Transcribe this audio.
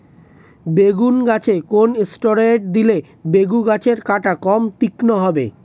বেগুন গাছে কোন ষ্টেরয়েড দিলে বেগু গাছের কাঁটা কম তীক্ষ্ন হবে?